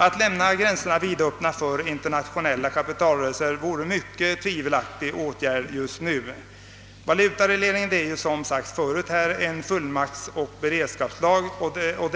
Att lämna gränserna vidöppna för internationella kapitalrörelser vore en mycket tvivelaktig åtgärd just nu. Valutaregleringen är, som här tidigare framhållits, en fullmaktsoch beredskapslag, och erfarenheten har